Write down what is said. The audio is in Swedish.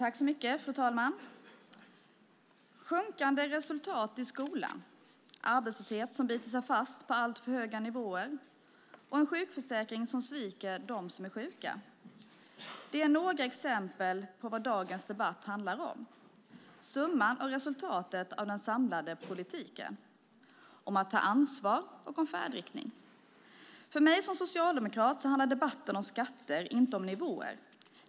Fru talman! Sjunkande resultat i skolan, en arbetslöshet som biter sig fast på alltför höga nivåer och en sjukförsäkring som sviker dem som är sjuka - det är några exempel på vad dagens debatt handlar om: summan och resultatet av den samlade politiken, att ta ansvar och färdriktning. För mig som socialdemokrat handlar debatten om skatter, inte om nivåer.